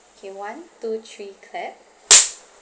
K one two three clap